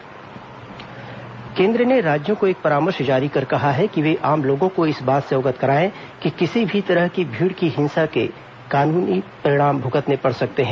केंद्र भीड हत्या केंद्र ने राज्यों को एक परामर्श जारी कर कहा है कि ये आम लोगों को इस बात से अवगत कराएं कि किसी भी तरह की भीड़ की हिंसा के गंभीर कानूनी परिणाम भूगतने पड़ सकते हैं